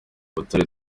butare